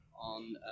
on